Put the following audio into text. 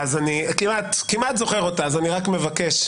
אני כמעט זוכר אותה, אז אני רק מבקש.